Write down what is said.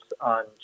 on